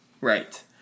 Right